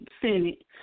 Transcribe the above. Senate